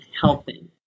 helping